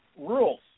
rules